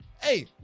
Hey